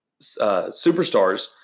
superstars